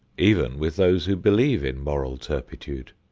even with those who believe in moral turpitude.